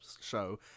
show